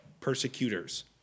persecutors